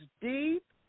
deep